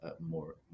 more